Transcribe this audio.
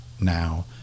now